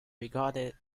regarded